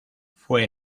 fue